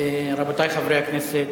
רבותי חברי הכנסת,